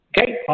Okay